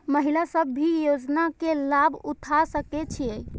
महिला सब भी योजना के लाभ उठा सके छिईय?